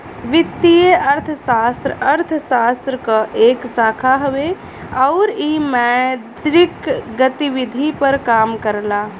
वित्तीय अर्थशास्त्र अर्थशास्त्र क एक शाखा हउवे आउर इ मौद्रिक गतिविधि पर काम करला